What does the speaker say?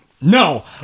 No